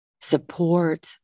support